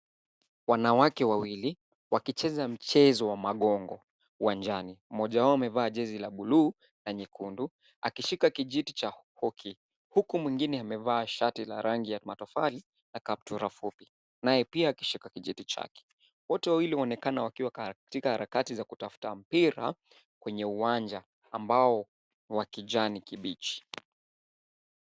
Wanawake wawili, wakicheza mchezo wa magongo uanjani. Mmoja wao amevaa jezi la buluu na nyekundu akishika kijiti cha hoki. Huku mwigine amevaa shati la rangi ya matofali na kaptura fupi naye pia akishika kijiti chake. Wote wawili wanaonekana wakia katika harakati za kutafuta mpira kwenye uwanja ambao ni wa kijani kibichi.